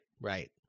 right